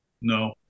No